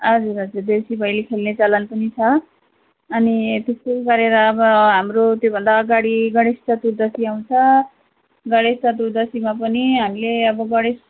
हजुर हजुर देउसी भैले खेल्ने चलन पनि छ अनि त्यस्तै गरेर अब हाम्रो त्योभन्दा अगाडि गणेश चतुर्दशी आउँछ गणेश चतुर्दशीमा पनि हामीले अब गणेश